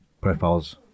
profiles